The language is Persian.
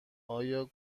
آیا